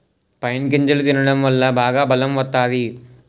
pine గింజలు తినడం వల్ల బాగా బలం వత్తాది